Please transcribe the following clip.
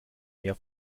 mehr